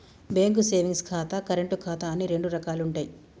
bank savings ఖాతా, current ఖాతా అని రెండు రకాలుంటయ్యి